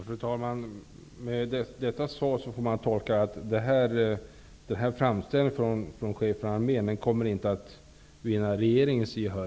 Fru talman! Detta svar kan tolkas som att framställningen från Chefen för armén i varje fall inte kommer att vinna regeringens gehör.